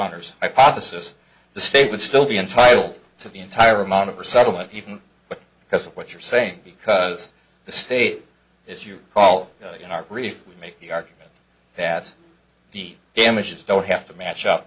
thought this is the state would still be entitled to the entire amount of the settlement even because of what you're saying because the state as you call in our grief make the argument that the damages don't have to match up